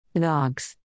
Dogs